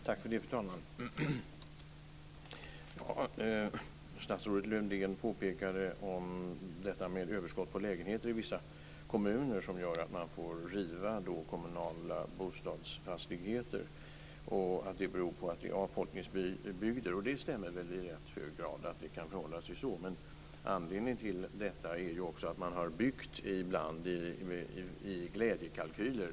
Fru talman! Statsrådet Lövdén påpekade det här med överskottet på lägenheter i en del kommuner som gör att man får riva kommunala bostadslägenheter, och att det beror på att detta är avfolkningsbygder. Och det stämmer väl i rätt hög grad. Det kan förhålla sig så. Men anledningen till detta är ju också att man ibland har byggt med glädjekalkyler.